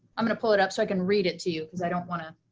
i'm going to pull it up so i can read it to you cause i don't wanna